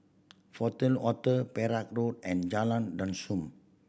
Fortuna Hotel Perak Road and Jalan Dusun